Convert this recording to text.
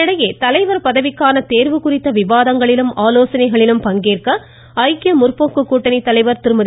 இதனிடையே தலைவா் பதவிக்கான தேர்வு குறித்த விவாதங்களிலும் ஆலோசனைகளிலும் பங்கேற்க ஐக்கிய முற்போக்கு கூட்டணித்தலைவா் திருமதி